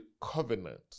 covenant